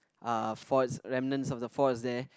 uh forts reminisces of the fort there